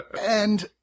And-